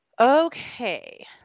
Okay